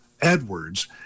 Edwards